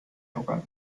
tuckern